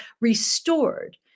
restored